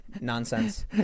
nonsense